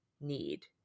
need